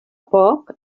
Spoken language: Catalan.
poc